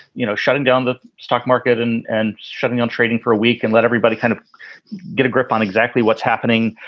you know, shutting down the stock market and and shutting down trading for a week and let everybody kind of get a grip on exactly what's happening.